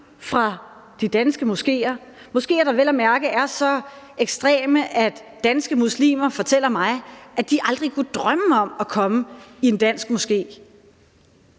fra de danske moskeer. Det er moskeer, der vel at mærke er så ekstreme, at danske muslimer fortæller mig, at de aldrig kunne drømme om at komme i en dansk moské.